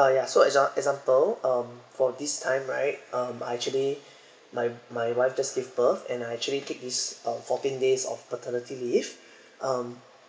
uh ya so exa~ example um for this time right um I actually my my wife just give birth and I actually take this um fourteen days of paternity leave um